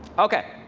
ok.